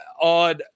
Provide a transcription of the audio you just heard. on